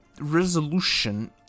resolution